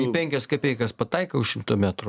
į penkias kapeikas pataikai už šimto metrų